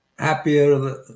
happier